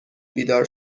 بیدار